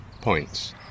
points